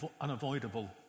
unavoidable